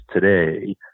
today